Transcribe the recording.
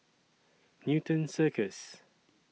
Newton Circus